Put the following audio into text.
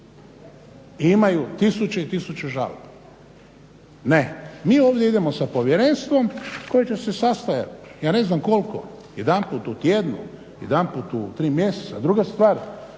imaju tisuće i tisuće žalbi. Ne, mi ovdje idemo sa povjerenstvom koje će se sastajati, ja ne znam koliko jedanput u tjednu, jedanput u tri mjeseca. Druga stvar,